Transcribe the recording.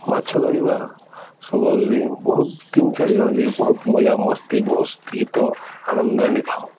ମାଛ ଧରିବା ସମୟରେ ବହୁତ ତିନି ଚାରିଜଣ ଯେଏ ବହୁତ ମଜା ମସ୍ତି ବହୁତ ମସ୍ତ ଗୀତ ଆନନ୍ଦ ଆଣିଥାଉ